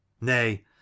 nay